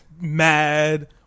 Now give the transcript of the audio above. mad